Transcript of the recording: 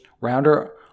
rounder